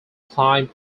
climb